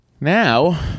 Now